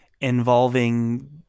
involving